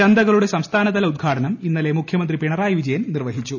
ചന്തകളുടെ സംസ്ഥാനതല ഉദ്ഘാടനം ഇന്നലെ മുഖ്യമന്ത്രി പിണറായി വിജയൻ നിർവഹിച്ചു